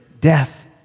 death